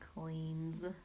Cleans